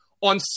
on